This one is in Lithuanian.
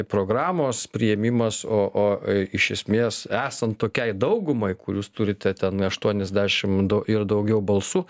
programos priėmimas o o iš esmės esant tokiai daugumai kur jūs turite ten aštuoniasdešimt du ir daugiau balsų